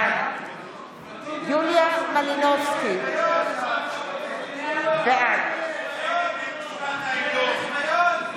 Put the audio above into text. בעד יוליה מלינובסקי קונין, בעד מיכאל מלכיאלי,